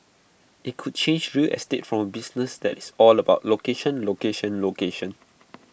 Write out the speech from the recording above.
IT could change real estate from A business that is all about location location location